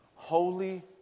holy